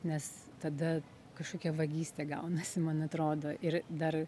nes tada kažkokia vagystė gaunasi man atrodo ir dar